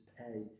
pay